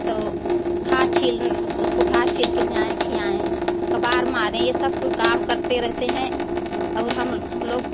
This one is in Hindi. तो घास छिलने ऊसको घास छिल कर ली आयें खिलाएँ कबार मारें यह सब कुल काम करते रहते हैं हैं और हम हम लोग